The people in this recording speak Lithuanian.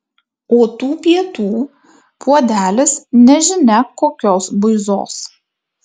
o tų pietų puodelis nežinia kokios buizos